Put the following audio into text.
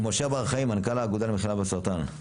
משה בר חיים, מנכ"ל האגודה למלחמה בסרטן.